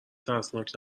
ترسناک